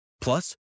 Plus